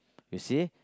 you see